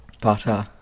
butter